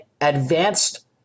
advanced